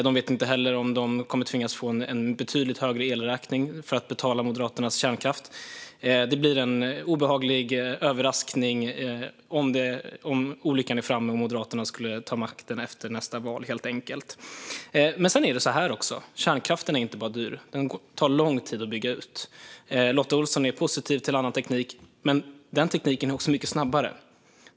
De vet inte heller om de kommer att tvingas få en betydligt högre elräkning för att betala Moderaternas kärnkraft. Det blir en obehaglig överraskning om olyckan skulle vara framme och Moderaterna tar makten efter nästa val. Kärnkraften är inte bara dyr. Den tar också lång tid att bygga ut. Lotta Olsson är positiv till annan teknik. Den tekniken är också mycket snabbare.